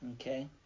Okay